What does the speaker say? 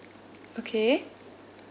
okay